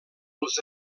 els